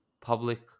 public